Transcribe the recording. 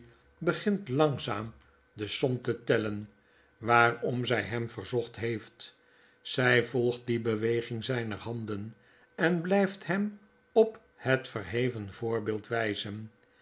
begint langzaam de som te tellen waarom zy hem verzocht heeft zij volgt die beweging zyner handen enblyfthem op net verheven voorbeeld wijzen